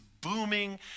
booming